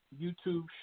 YouTube